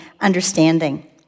understanding